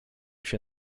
się